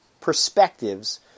perspectives